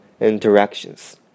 interactions